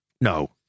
no